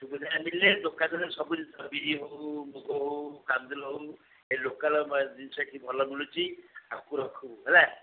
ସୁବିଧାରେ ମିଳିଲେ ଦୋକାନରୁ ବିରି ହେଉ ମୁଗ ହେଉ କମ୍ବିଲ ହେଉ ଏ ଲୋକାଲ୍ ଜିନିଷ କିଛି ଭଲ ମିଳୁଛି ଆକୁ ରଖିବୁ ହେଲା